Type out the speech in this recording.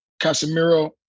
Casemiro